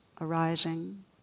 arising